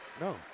No